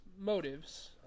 motives